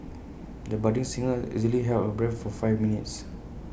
the budding singer easily held her breath for five minutes